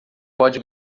pode